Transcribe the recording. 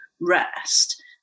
rest